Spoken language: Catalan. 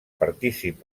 partícip